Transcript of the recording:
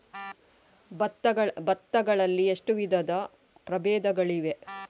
ಭತ್ತ ಗಳಲ್ಲಿ ಎಷ್ಟು ವಿಧದ ಪ್ರಬೇಧಗಳಿವೆ?